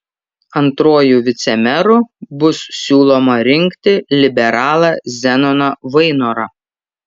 antruoju vicemeru bus siūloma rinkti liberalą zenoną vainorą